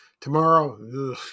Tomorrow